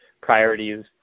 priorities